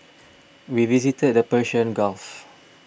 we visited the Persian Gulf